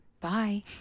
Bye